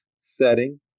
setting